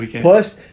Plus